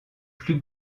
plus